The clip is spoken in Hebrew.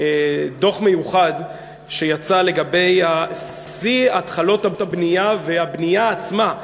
דוח מיוחד שיצא לגבי שיא התחלות הבנייה והבנייה עצמה ביהודה,